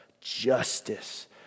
justice